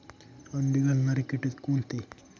अंडी घालणारे किटक कोणते?